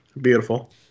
Beautiful